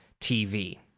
TV